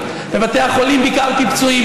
הסתובבתי: בבתי החולים ביקרתי פצועים,